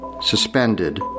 suspended